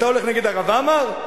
אתה הולך נגד הרב עמאר?